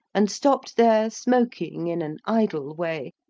and stopped there smoking in an idle way,